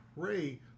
pray